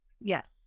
yes